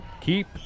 keep